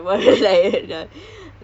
fight ah come ah fight ah